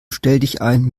stelldichein